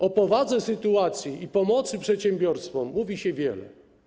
O powadze sytuacji i pomocy przedsiębiorstwom mówi się wiele.